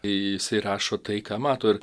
jisai rašo tai ką mato ir